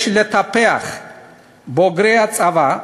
יש לטפח את בוגרי הצבא,